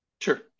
Sure